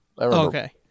Okay